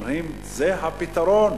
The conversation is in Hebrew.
הם אומרים: זה הפתרון,